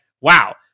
wow